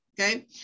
Okay